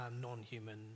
non-human